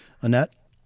Annette